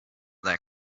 that